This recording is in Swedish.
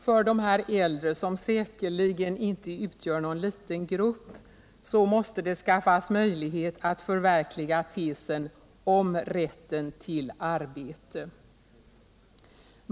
För dessa äldre, som säkerligen inte utgör någon liten grupp, måste det skapas möjlighet att förverkliga tesen om rätten till arbete.